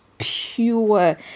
pure